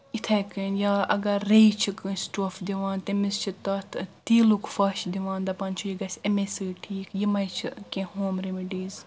یِتھے کٔنۍ یا اگر ریٚیہِ چھِ کٲنٛسہِ ٹۄپھ دِوان تٔمِس چھِ تتھ تیٖلُک پھش دِوان دپان چھ یہِ گژھِ امے سۭتۍ ٹھیٖک یمٕے چھِ کینٛہہ ہوم ریمڈیٖز